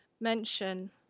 mention